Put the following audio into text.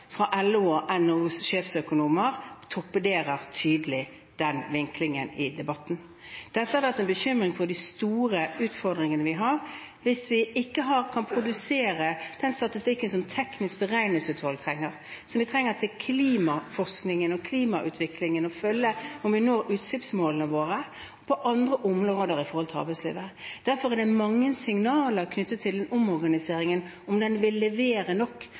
fra LOs og NHOs sjefsøkonomer tydelig torpederer den vinklingen i debatten. Det har vært en bekymring for de store utfordringene vi har, hvis vi ikke kan produsere den statistikken som Teknisk beregningsutvalg trenger, som vi trenger til klimaforskningen og for å følge klimautviklingen, om vi når utslippsmålene våre, og på andre områder med hensyn til arbeidslivet. Derfor er det mange signaler knyttet til omorganiseringen, om den vil levere nok